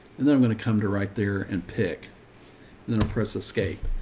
and then i'm going to come to right there and pick, and then a press escape.